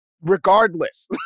regardless